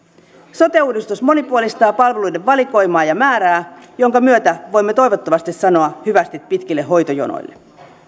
sote uudistus monipuolistaa palveluiden valikoimaa ja määrää minkä myötä voimme toivottavasti sanoa hyvästit pitkille hoitojonoille